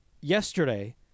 Yesterday